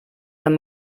amb